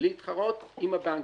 להתחרות עם הבנקים.